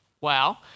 wow